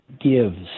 gives